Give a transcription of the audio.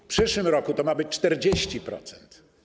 W przyszłym roku ma to być 40%.